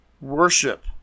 worship